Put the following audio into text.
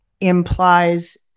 implies